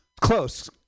close